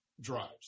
drives